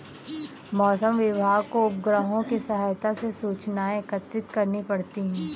मौसम विभाग को उपग्रहों के सहायता से सूचनाएं एकत्रित करनी पड़ती है